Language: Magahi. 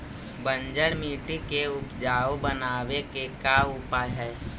बंजर मट्टी के उपजाऊ बनाबे के का उपाय है?